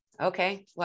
okay